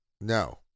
No